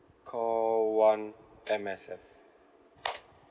call one M_S_F